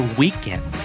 weekend